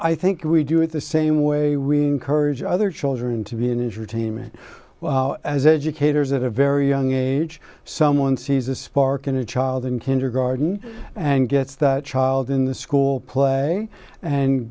i think we do at the same way when courage other children to be an injury team and as educators at a very young age someone sees a spark in a child in kindergarten and gets that child in the school play and